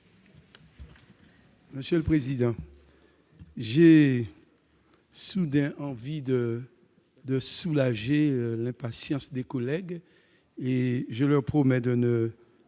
M. Maurice Antiste. J'ai soudain envie de soulager l'impatience de mes collègues, et je leur promets de ne pas